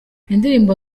indirimbo